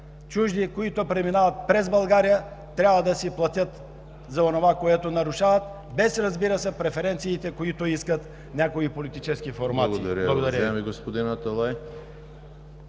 чужди, които преминават през България, трябва да си платят за онова, което нарушават, без, разбира се, преференциите, които искат някои политически формации. Благодаря.